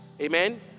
Amen